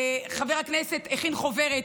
חבר הכנסת הכין חוברת,